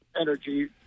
energy